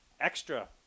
extra